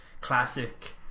classic